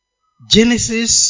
Genesis